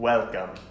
Welcome